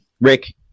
Rick